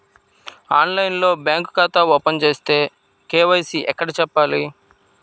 ఆన్లైన్లో బ్యాంకు ఖాతా ఓపెన్ చేస్తే, కే.వై.సి ఎక్కడ చెప్పాలి?